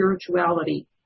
spirituality